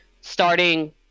starting